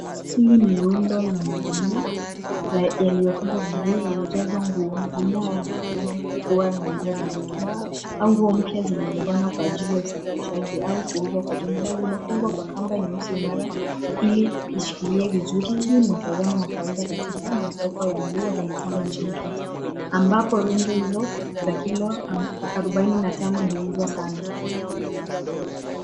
Hili ni rundo na magunia, yaliyofungwa vizuri yamejazwa nguo. Magunia haya yanaonekana kuwa na nguo za mitumba au nguuo mpya zilizobanwa kwa ajili ya usafirishaji au kuuzwa kwa jumla zimefungwa kwa kamba nyeusi imara ili ishikilie vizuri. Huu ni mtazamo wa kawaida katika masoko ya nguo za mitumba nchini Kenya ambapo rundo hizo za kilo 45 huuzwa sana.